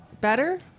Better